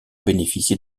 bénéficié